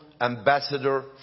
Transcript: ambassador